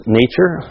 nature